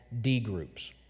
D-groups